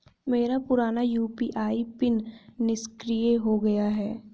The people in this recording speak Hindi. मेरा पुराना यू.पी.आई पिन निष्क्रिय हो गया है